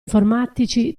informatici